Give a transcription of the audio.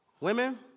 women